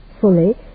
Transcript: fully